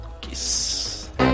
Kiss